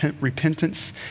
repentance